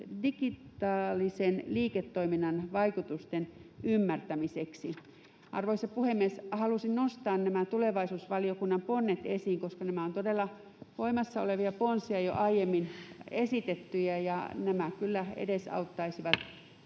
digitaalisen liiketoiminnan vaikutusten ymmärtämiseksi.” Arvoisa puhemies! Halusin nostaa nämä tulevaisuusvaliokunnan ponnet esiin, koska nämä todella ovat voimassa olevia ponsia, jo aiemmin esitettyjä, ja nämä kyllä edesauttaisivat